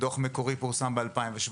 הדוח המקורי פורסם ב-2017,